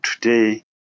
today